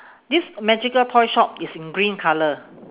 this magical toy shop is in green colour